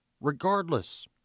regardless